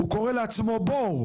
אז הוא כורה לעצמו בור.